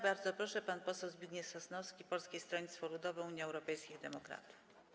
Bardzo proszę, pan poseł Zbigniew Sosnowski, Polskie Stronnictwo Ludowe - Unia Europejskich Demokratów.